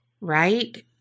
right